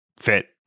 fit